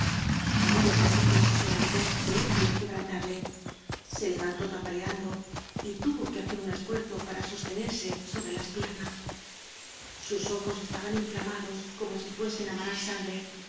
había perdido su serenidad de ebrio inque brantable se levantó tambaleando y tuvo que hacer un esfuerzo para sostenerse sobre las piernas sus ojos estaban inflamados como si fuesen á manar sangre